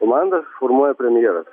komandas formuoja premjeras